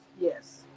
Yes